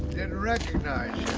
and recognize